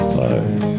fire